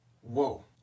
Whoa